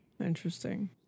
Interesting